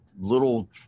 little